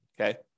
Okay